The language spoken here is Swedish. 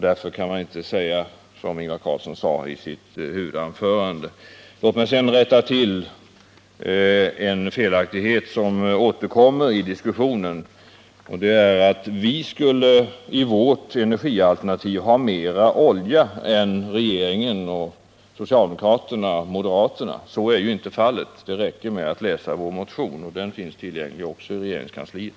Därför kan man inte säga så som Ingvar Carlsson gjorde i sitt huvudanförande. Låt mig rätta till ytterligare en felaktighet som återkommer i diskussionen. Det är att vi i vårt energialternativ skulle ha mera olja än regeringen, socialdemokraterna eller moderaterna. Så är ju inte fallet. Det räcker med att läsa vår motion för att få reda på det, och den finns tillgänglig också i regeringskansliet.